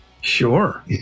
Sure